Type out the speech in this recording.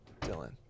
Dylan